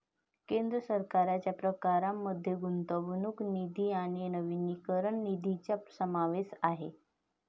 केंद्र सरकारच्या प्रकारांमध्ये गुंतवणूक निधी आणि वनीकरण निधीचा समावेश आहे